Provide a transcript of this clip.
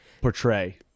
portray